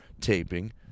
taping